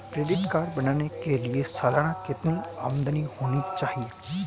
Credit card बनाने के लिए सालाना कितनी आमदनी होनी चाहिए?